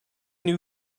new